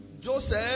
Joseph